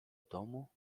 domu